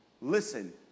Listen